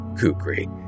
Kukri